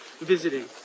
visiting